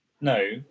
no